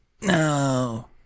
No